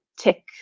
tick